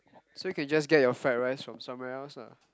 so you can just get your fried rice from somewhere else lah